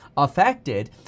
affected